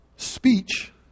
Speech